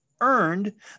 earned